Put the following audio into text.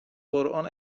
قرآن